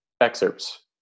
excerpts